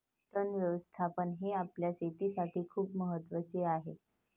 तण व्यवस्थापन हे आपल्या शेतीसाठी खूप महत्वाचे आहे